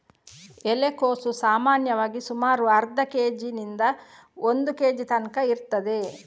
ಎಲೆಕೋಸು ಸಾಮಾನ್ಯವಾಗಿ ಸುಮಾರು ಅರ್ಧ ಕೇಜಿನಿಂದ ಒಂದು ಕೇಜಿ ತನ್ಕ ಇರ್ತದೆ